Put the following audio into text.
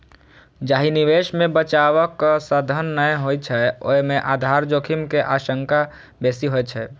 जाहि निवेश मे बचावक साधन नै होइ छै, ओय मे आधार जोखिम के आशंका बेसी होइ छै